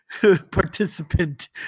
participant